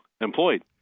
employed